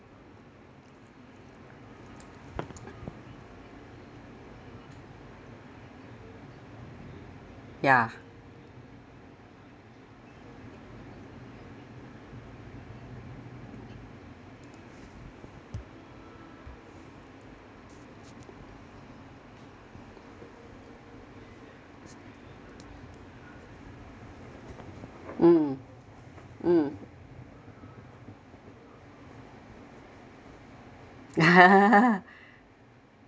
ya mm mm